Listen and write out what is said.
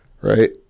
right